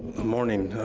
morning,